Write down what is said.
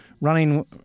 running